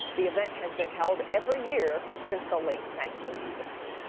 the event has been held every year since the late nineteen fifty s.